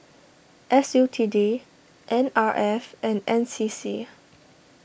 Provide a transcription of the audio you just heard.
S U T D N R F and N C C